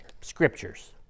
scriptures